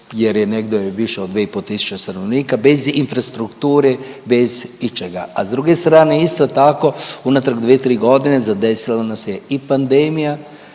jer je negdje više od 2 i po tisuće stanovnika bez infrastrukture, bez ičega, a s druge strane isto tako unatrag 2-3.g. zadesilo nas je i pandemija